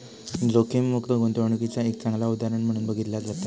जोखीममुक्त गुंतवणूकीचा एक चांगला उदाहरण म्हणून बघितला जाता